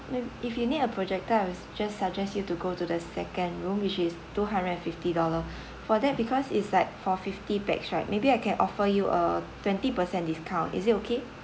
may be if you need a projector I would just suggest you to go to the second room which is two hundred and fifty dollar for that because it's like for fifty pax right maybe I can offer you a twenty percent discount is it okay